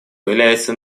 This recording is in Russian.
является